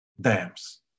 dams